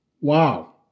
Wow